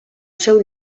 seu